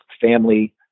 family